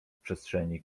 przestrzeni